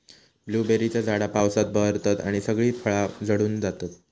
ब्लूबेरीची झाडा पावसात बहरतत आणि सगळी फळा झडून जातत